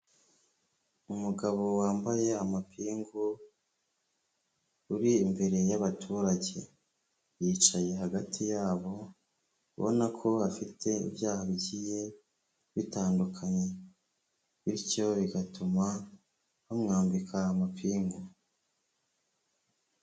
Umugabo wambaye amapingu uri imbere y'abaturage, yicaye hagati yabo ubona ko afite ibyaha bigiye bitandukanye bityo bigatuma bamwambika amapingu.